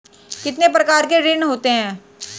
कितने प्रकार के ऋण होते हैं?